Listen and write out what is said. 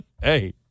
Hey